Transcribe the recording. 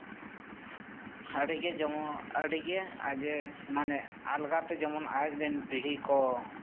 ᱟᱹᱰᱤᱜᱮ ᱡᱮᱢᱚᱱ ᱟᱹᱰᱤᱜᱮ ᱟᱡᱮ ᱢᱟᱱᱮ ᱟᱞᱜᱟᱛᱮ ᱡᱮᱢᱚᱱ ᱟᱡᱨᱮᱱ ᱯᱤᱲᱦᱤ ᱠᱚ